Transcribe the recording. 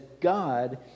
God